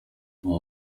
aho